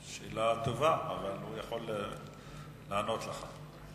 שאלה טובה, אבל הוא יכול לענות לך.